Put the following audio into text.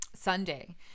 Sunday